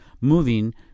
moving